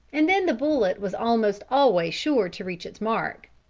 and then the bullet was almost always sure to reach its mark.